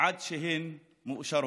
עד שהן מאושרות.